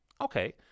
Okay